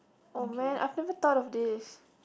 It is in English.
oh man I've never thought of this